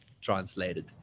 translated